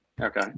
Okay